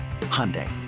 Hyundai